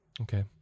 Okay